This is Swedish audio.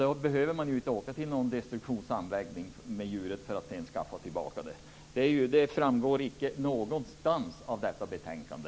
Då behöver man inte åka till någon destruktionsanläggning med djuret för att sedan skaffa tillbaka det. Det framgår inte någonstans av detta betänkande.